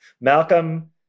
Malcolm